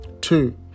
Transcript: two